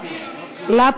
אמיר, אמיר גם.